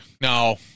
No